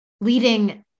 leading